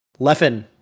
Leffen